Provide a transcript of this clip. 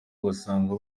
basanga